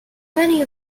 many